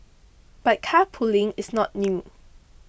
but carpooling is not new